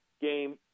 game